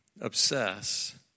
obsess